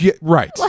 Right